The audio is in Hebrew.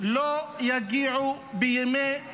לא יגיעו בימי החג,